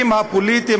הזה,